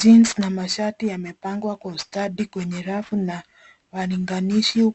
Jeans na mashati yamepangwa kwa ustadi kwenye rafu na walinganishi